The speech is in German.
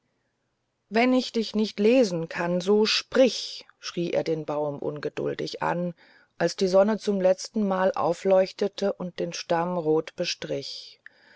wenn ich dich nicht lesen kann so sprich schrie er den baum ungeduldig an als die sonne zum letzten male aufleuchtete und den